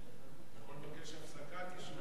אתה יכול לבקש הפסקת עישון.